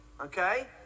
okay